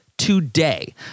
today